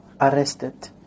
arrested